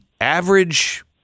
average